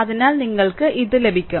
അതിനാൽ നിങ്ങൾക്ക് ഇത് ലഭിക്കും